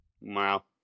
Wow